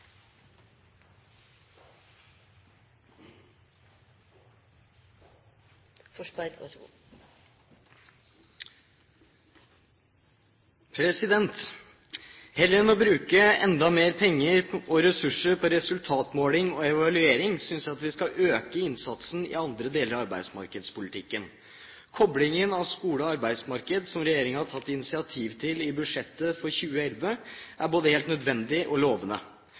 evaluering syns jeg vi skal øke innsatsen i andre deler av arbeidsmarkedspolitikken. Koblingen av skole- og arbeidsmarked, som regjeringen har tatt initiativ til i budsjettet for 2011, er både helt nødvendig og lovende.